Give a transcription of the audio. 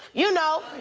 you know,